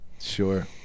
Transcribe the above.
sure